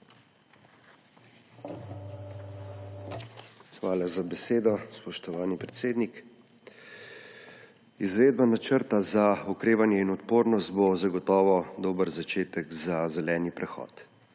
Hvala za besedo, spoštovani predsednik. Izvedba Načrta za okrevanje in odpornost bo zagotovo dober začetek za zeleni prehod.